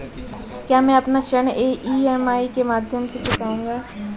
क्या मैं अपना ऋण ई.एम.आई के माध्यम से चुकाऊंगा?